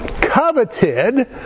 coveted